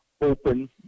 open